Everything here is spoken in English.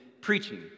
preaching